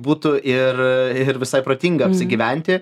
būtų ir visai protinga apsigyventi